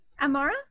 Amara